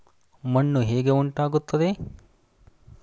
ಮಣ್ಣು ಹೇಗೆ ಉಂಟಾಗುತ್ತದೆ?